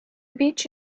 beach